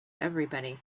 everybody